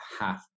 half